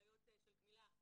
בעיות של גמילה.